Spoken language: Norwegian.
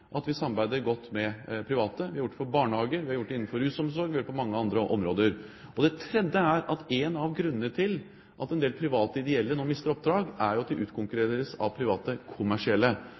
at vi samarbeider godt med private. Vi har gjort det når det gjelder barnehager, vi har gjort det innenfor rusomsorg og vi har gjort det på mange andre områder. Det tredje er at en av grunnene til at en del private ideelle nå mister oppdrag, er at de utkonkurreres av private kommersielle.